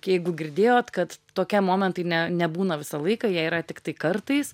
jeigu girdėjot kad tokie momentai ne nebūna visą laiką jie yra tiktai kartais